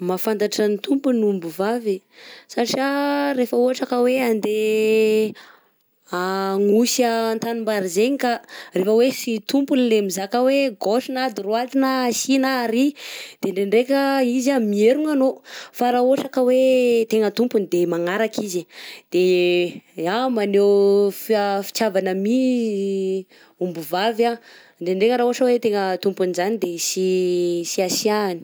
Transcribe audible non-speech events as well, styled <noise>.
Mahafantatra ny tompony ny omby vavy satria rehefa ohatra ka hoe andeha <hesitation> agnosy an-tanimbary zegny ka rehefa hoe tsy tompony le mizaka hoe gauche, na a droite, na asia na arÿ de ndrendreka izy an mierogna anao fa raha ohatra ka hoe tegna tompony de magnaraka izy, de ya magneho <hesitation> fitiavana mi <hesitation> omby vavy ndrendreka raha ohatra hoe tegna tompony njany de sy <hesitation> sy asiahany.